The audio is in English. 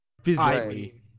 physically